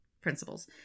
principles